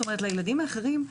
לילדים האחרים,